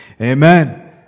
Amen